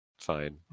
fine